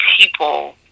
people